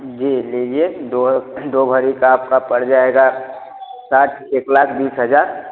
जी लीजिए दो दो भरी का आपका पड़ जाएगा साठ एक लाख बीस हज़ार